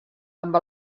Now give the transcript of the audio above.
amb